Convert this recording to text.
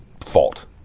fault